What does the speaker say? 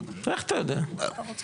בוא,